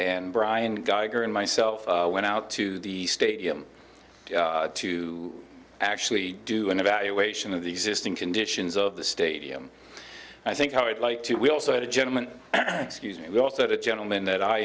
and brian geiger and myself went out to the stadium to actually do an evaluation of the existing conditions of the stadium and i think i'd like to we also had a gentleman excuse me we also had a gentleman that i